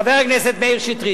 חבר הכנסת מאיר שטרית,